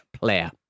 player